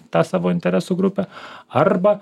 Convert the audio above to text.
tą savo interesų grupę arba